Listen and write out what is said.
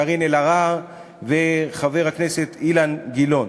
חברת הכנסת קארין אלהרר וחבר הכנסת אילן גילאון.